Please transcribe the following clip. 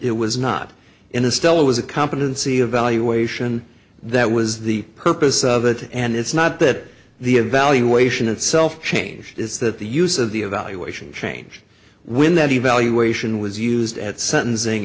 it was not in a stellar was a competency evaluation that was the purpose of it and it's not that the evaluation itself changed is that the use of the evaluation changed when that evaluation was used at sentencing